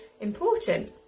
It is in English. important